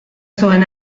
zuen